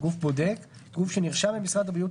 "גוף בודק" גוף שנרשם במשרד הבריאות,